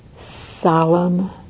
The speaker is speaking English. solemn